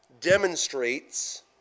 demonstrates